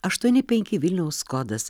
aštuoni penki vilniaus kodas